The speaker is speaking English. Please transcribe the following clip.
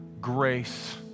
grace